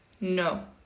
no